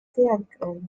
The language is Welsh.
daeargryn